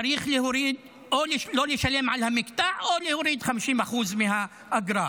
צריך או לא לשלם על המקטע או להוריד 50% מהאגרה.